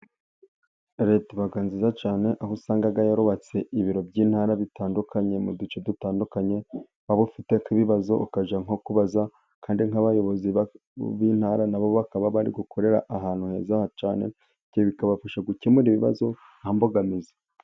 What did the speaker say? Leta iba nziza cyane aho usanga yarubatse ibiro by'intara bitandukanye mu duce dutandukanye, waba ufite nk'ibibazo ukajya nko kubaza, kandi nk'abayobozi b'intara nabo bakaba bari gukorera ahantu heza cyane, ibyo bikabafasha gukemura ibibazo nta mbogamizi.